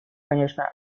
конечно